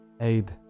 aid